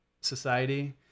society